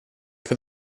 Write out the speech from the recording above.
for